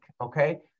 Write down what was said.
okay